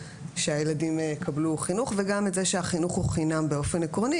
שהילדים יקבלו חינוך וגם את זה שהחינוך הוא חינם באופן עקרוני,